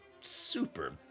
super